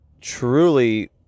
truly